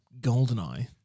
Goldeneye